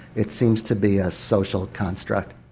it seems to be a social construct.